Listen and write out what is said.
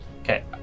Okay